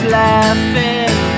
laughing